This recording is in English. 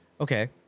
okay